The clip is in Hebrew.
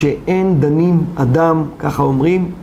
שאין דנים אדם, ככה אומרים,